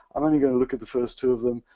i'm only going to look at the first two of them.